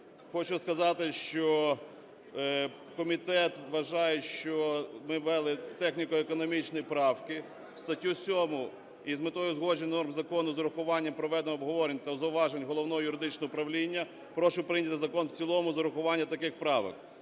Хочу сказати, що комітет вважає, що ми ввели техніко-економічні правки в статтю 7, і з метою узгодження норм закону, з урахуванням проведеного обговорення та зауважень Головного юридичного управління прошу прийняти закон в цілому з урахуванням таких правок.